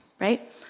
right